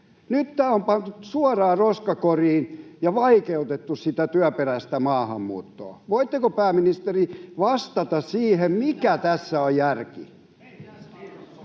Nyt tämä on pantu suoraan roskakoriin ja vaikeutettu sitä työperäistä maahanmuuttoa. Voitteko, pääministeri, vastata siihen, mikä tässä on järki?